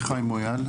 שמי חיים מויאל,